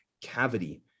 cavity